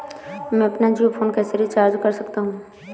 मैं अपना जियो फोन कैसे रिचार्ज कर सकता हूँ?